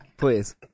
Please